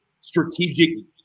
strategic